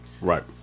Right